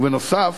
ונוסף